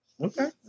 Okay